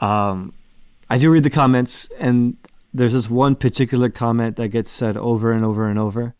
um i do read the comments and there is is one particular comment that gets said over and over and over